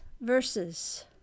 verses